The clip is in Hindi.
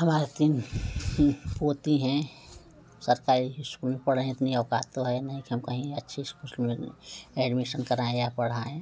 हमारा तीन पोती हैं सरकारी स्कूल में पढ़ रहे हैं इतनी औकात तो है नहीं हम कहीं अच्छे स्कूल में एडमिशन कराएं या पढ़ाएं